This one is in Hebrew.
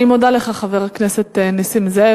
אני מודה לך, חבר הכנסת נסים זאב.